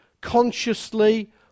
consciously